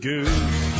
Goose